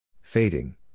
Fading